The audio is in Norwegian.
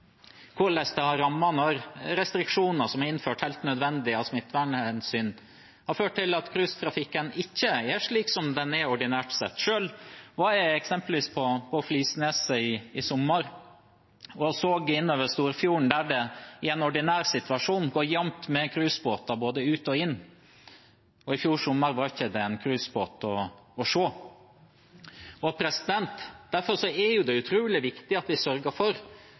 ført til at cruisetrafikken ikke er slik som den er ordinært sett. Selv var jeg på Flisnes sist sommer. Jeg så innover Storfjorden, der det i en ordinær situasjon går jevnt med cruisebåter både ut og inn. I fjor sommer var det ikke en cruisebåt å se. Derfor er det utrolig viktig at vi sørger for,